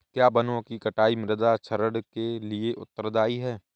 क्या वनों की कटाई मृदा क्षरण के लिए उत्तरदायी है?